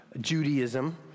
Judaism